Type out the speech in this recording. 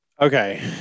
Okay